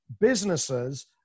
businesses